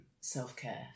self-care